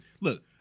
Look